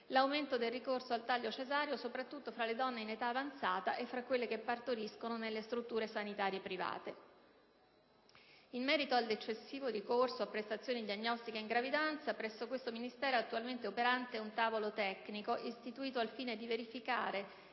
L'aumento del ricorso al taglio cesareo si registra soprattutto tra le donne di età avanzata e tra quelle che partoriscono nelle strutture sanitarie private. In merito all'eccessivo ricorso a prestazioni diagnostiche in gravidanza, presso questo Ministero è attualmente operante un tavolo tecnico, istituito al fine di verificare